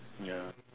ya